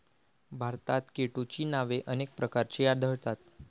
भारतात केटोची नावे अनेक प्रकारची आढळतात